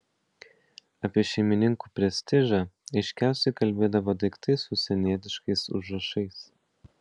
apie šeimininkų prestižą aiškiausiai kalbėdavo daiktai su užsienietiškais užrašais